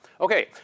Okay